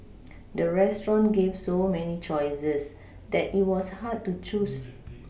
the restaurant gave so many choices that it was hard to choose